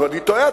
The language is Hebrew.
אולי אני טועה,